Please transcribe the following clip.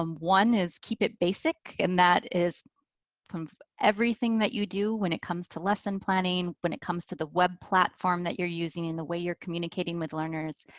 um one is keep it basic and that is from everything that you do. when it comes to lesson planning, when it comes to the web platform that you're using and the way you're communicating with learners.